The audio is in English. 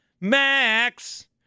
Max